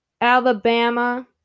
Alabama